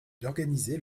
d’organiser